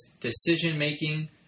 decision-making